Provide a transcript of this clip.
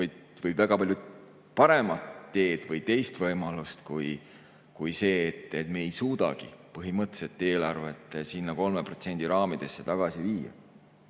ole väga palju paremat teed või teist võimalust kui tõdeda, et me ei suudagi põhimõtteliselt eelarvet selle [miinus] 3% raamidesse tagasi viia.